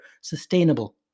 sustainable